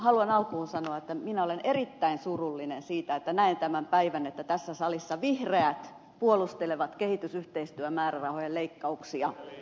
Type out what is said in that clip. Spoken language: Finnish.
haluan alkuun sanoa että minä olen erittäin surullinen siitä että näen tämän päivän että tässä salissa vihreät puolustelevat kehitysyhteistyömäärärahojen leikkauksia